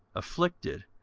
afflicted,